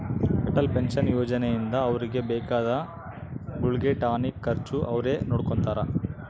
Atal pension ಯೋಜನೆ ಇಂದ ಅವ್ರಿಗೆ ಬೇಕಾದ ಗುಳ್ಗೆ ಟಾನಿಕ್ ಖರ್ಚು ಅವ್ರೆ ನೊಡ್ಕೊತಾರ